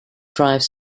drives